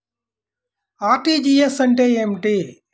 RTGS అంటే ఏమిటి?